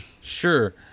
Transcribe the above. Sure